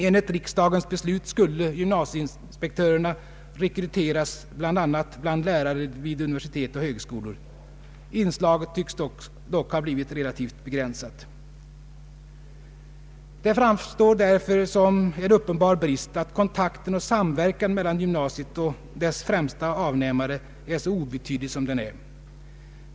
Enligt riksdagens beslut skulle gymnasieinspektörerna rekryteras bl.a. bland lärare vid universitet och högskolor. Inslaget tycks dock ha blivit relativt begränsat. Det framstår därför som en uppenbar brist att kontakten och samverkan mellan gymnasiet och dess främsta avnämare är så obetydlig som den är.